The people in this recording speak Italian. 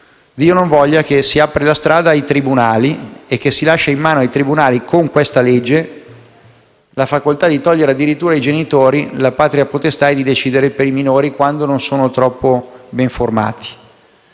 Dio non voglia che si apra la strada ai tribunali e che si lasci in mano a loro con questa legge la facoltà di togliere ai genitori la patria potestà e di decidere per i minori quando non sono ben formati.